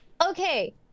Okay